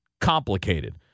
complicated